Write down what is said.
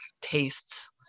tastes